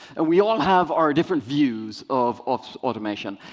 and we all have our different views of of automation.